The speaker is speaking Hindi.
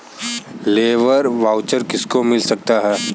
लेबर वाउचर किसको मिल सकता है?